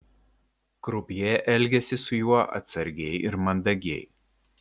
krupjė elgėsi su juo atsargiai ir mandagiai